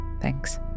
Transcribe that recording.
Thanks